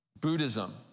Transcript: Buddhism